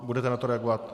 Budete na to reagovat?